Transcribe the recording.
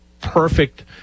perfect